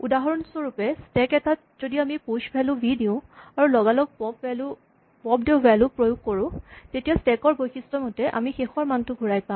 উদাহৰণস্বৰূপে স্টেক এটাত যদি আমি প্যুচ ভেল্যু ভি দিওঁ আৰু লগালগ পপ্ ড ভেল্যু প্ৰয়োগ কৰোঁ তেতিয়া স্টেক ৰ বৈশিষ্টমতে আমি আমাৰ শেষৰ মানটো ঘূৰাই পাম